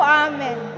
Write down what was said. amen